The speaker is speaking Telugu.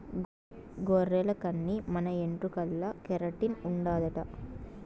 గొర్రెల కన్ని మన ఎంట్రుకల్ల కెరటిన్ ఉండాదట